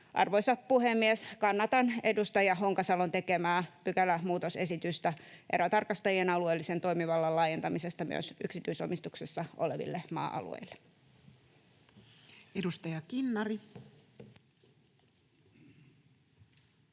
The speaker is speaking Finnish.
Arvoisa puhemies! Kannatan edustaja Honkasalon tekemää pykälämuutosesitystä erätarkastajien alueellisen toimivallan laajentamisesta myös yksityisomistuksessa oleville maa-alueille. [Speech 163]